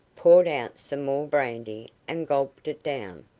poured out some more brandy, and gulped it down.